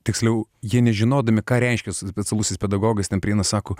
tiksliau jie nežinodami ką reiškia specialusis pedagogas ten prieina sako